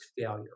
failure